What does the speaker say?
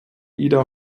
ida